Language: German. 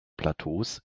plateaus